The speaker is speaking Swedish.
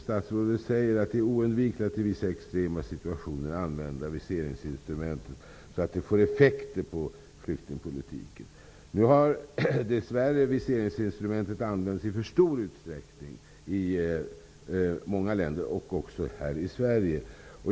Statsrådet sade att det är oundvikligt att man i vissa extrema situationer använder viseringsinstrumentet för att uppnå effekter på flyktingpolitiken. Dess värre har viseringsinstrumentet använts i för stor utsträckning i många länder, också här i Sverige.